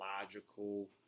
logical